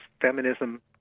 feminism